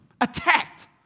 attacked